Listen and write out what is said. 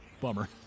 Bummer